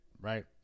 Right